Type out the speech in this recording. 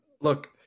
look